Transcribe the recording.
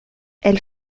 elle